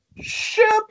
Ship